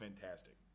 fantastic